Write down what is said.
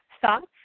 thoughts